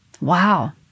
Wow